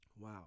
Wow